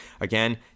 Again